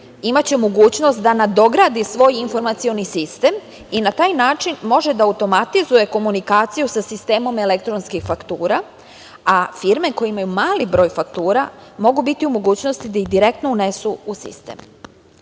imaće mogućnost da nadogradi svoj informacioni sistem i na taj način može da automatizuje komunikaciju sa sistemom elektronskih faktura, a firme koje imaju mali broj faktura mogu biti u mogućnosti da ih direktno unesu u sistem.